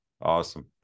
awesome